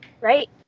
Right